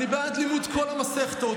אני בעד לימוד כל מסכתות,